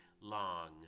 long